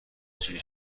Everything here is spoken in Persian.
چیزی